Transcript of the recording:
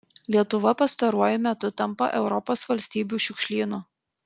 lietuva pastaruoju metu tampa europos valstybių šiukšlynu